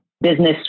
business